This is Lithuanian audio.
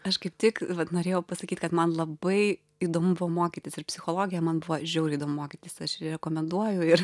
aš kaip tik vat norėjau pasakyt kad man labai įdomu buvo mokytis ir psichologija man buvo žiauriai įdomu mokytis aš rekomenduoju ir